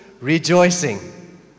rejoicing